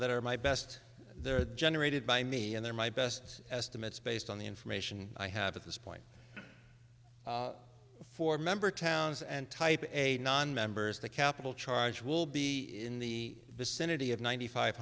that are my best there are generated by me and there my best estimates based on the information i have at this point for member towns and type a nonmembers the capital charge will be in the vicinity of ninety five